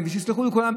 ושיסלחו לי כולם,